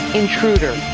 intruder